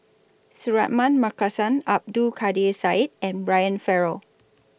Suratman Markasan Abdul Kadir Syed and Brian Farrell